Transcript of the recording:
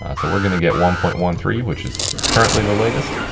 ah so we're gonna get one point one three which is currently the latest.